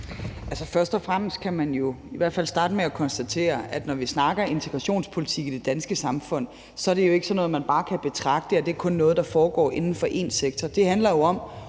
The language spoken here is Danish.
Først og fremmest kan man jo i hvert fald starte med at konstatere, at når vi snakker integrationspolitik i det danske samfund, er det jo ikke sådan noget, man bare kan betragte, og som er noget, der kun foregår inden for én sektor.